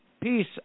Peace